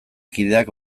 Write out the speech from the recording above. kideak